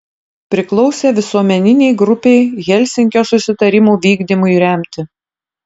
priklausė visuomeninei grupei helsinkio susitarimų vykdymui remti